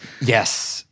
Yes